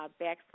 backslash